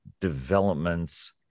developments